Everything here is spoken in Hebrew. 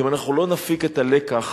ואם אנחנו לא נפיק את הלקח